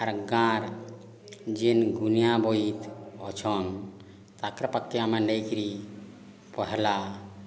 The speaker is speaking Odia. ଆର୍ ଗାଁର ଯେଉଁ ଗୁଣିଆ ବୈଦ୍ୟ ଅଛନ୍ତି ତାଙ୍କର ପାଖକୁ ଆମେ ନେଇକରି ପହିଲା